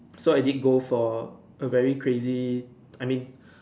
so I didn't go for a very crazy I mean